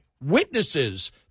witnesses